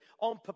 on